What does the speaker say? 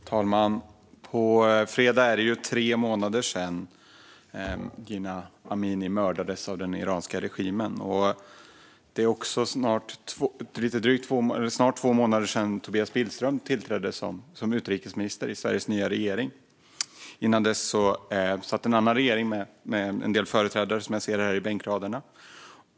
Fru talman! På fredag är det tre månader sedan Jina Amini mördades av den iranska regimen. Det är också snart två månader sedan Tobias Billström tillträdde som utrikesminister i Sveriges nya regering. Innan dess satt en annan regering med en del företrädare som jag nu ser här i bänkraderna.